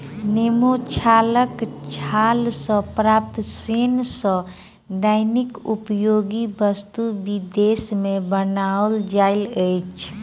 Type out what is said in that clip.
नेबो गाछक छाल सॅ प्राप्त सोन सॅ दैनिक उपयोगी वस्तु विदेश मे बनाओल जाइत अछि